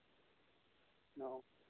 অ